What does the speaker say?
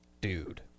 dude